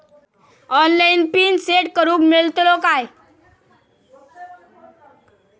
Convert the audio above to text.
Online PIN set करूक मेलतलो काय?